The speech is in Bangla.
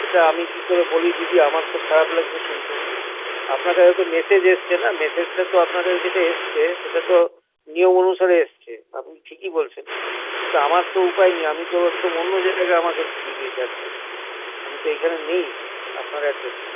সেটা আমি কী করে বলি দিদি আমার তো খারাপ লাগছে শুনতে আপনার কাছে তো মেসেজ এসেছে না মেসেজটা তো আপনার কাছে যেটা এসছে সেটা তো নিয়ম অনুসারে এসেছে আপনি ঠিকই বলছেন কিন্তু আমার তো উপায় নেই আমি তো একদম অন্য জায়গায় আমাকে দিয়ে দিয়েছে আজকে আমি তো এইখানে নেই আপনার অ্যাড্রেসে